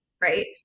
right